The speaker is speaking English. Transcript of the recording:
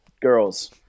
girls